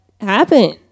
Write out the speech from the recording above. happen